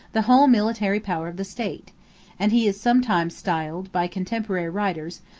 the whole military power of the state and he is sometimes styled, by contemporary writers,